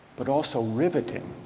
but also riveting,